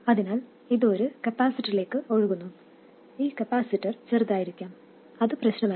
അതിനാൽ ഇത് ഒരു കപ്പാസിറ്ററിലേക്ക് ഒഴുകുന്നു ഈ കപ്പാസിറ്റർ ചെറുതായിരിക്കാം അത് പ്രശ്നമല്ല